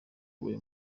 uyu